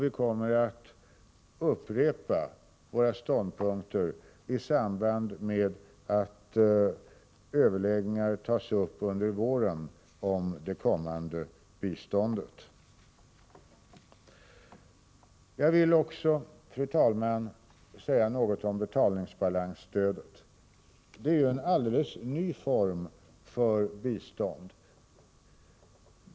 Vi kommer att upprepa våra ståndpunkter i samband med att överläggningar tas upp under våren om kommande bistånd. Jag vill också, fru talman, säga något om betalningsbalansstödet. Det är en alldeles ny form för bistånd.